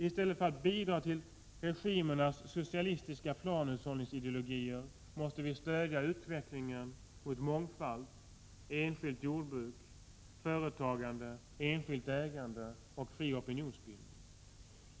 I stället för att bidra till regimernas socialistiska planhushållningsideologier måste vi stödja utvecklingen mot mångfald, enskilt jordbruk, företagande, enskilt ägande och fri opinionsbildning.